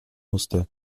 musste